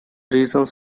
reasons